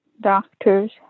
doctors